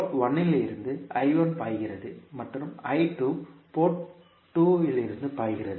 board 1 இலிருந்து பாய்கிறது மற்றும் போர்ட் 2 இலிருந்து பாய்கிறது